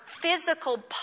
physical